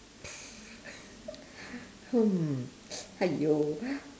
hmm !haiyo!